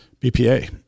BPA